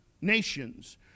nations